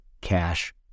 cash